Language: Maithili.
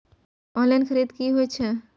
ऑनलाईन खरीद की होए छै?